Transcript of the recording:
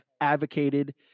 advocated